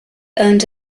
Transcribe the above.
owned